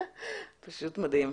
פשוט מדהים.